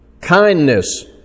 kindness